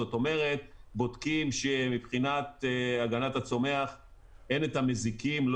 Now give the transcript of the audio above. זאת אומרת בודקים שמבחינת הגנת הצומח אין את המזיקים,